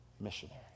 missionary